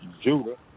Judah